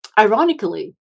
Ironically